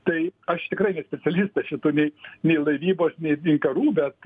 tai aš tikrai ne specialistas šitų nei nei laivybos nei inkarų bet